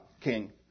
king